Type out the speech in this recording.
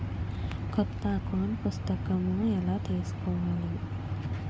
కొత్త అకౌంట్ పుస్తకము ఎలా తీసుకోవాలి?